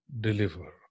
deliver